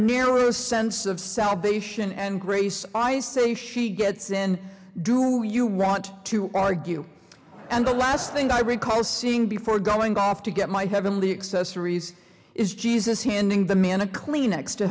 nearest sense of salvation and grace i say she gets in do you want to argue and the last thing i recall seeing before going off to get my heavenly accessories is jesus handing the man a kleenex to